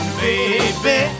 baby